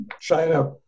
China